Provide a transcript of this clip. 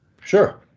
Sure